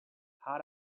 had